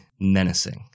menacing